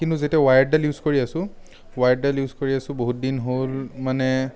কিন্তু যেতিয়া ৱায়াৰ্ডডাল ইউজ কৰি আছোঁ ৱায়াৰ্ডডাল ইউজ কৰি আছোঁ বহুতদিন হ'ল মানে